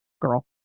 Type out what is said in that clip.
Girl